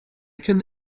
can